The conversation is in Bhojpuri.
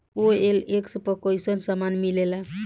ओ.एल.एक्स पर कइसन सामान मीलेला?